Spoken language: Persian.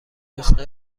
نسخه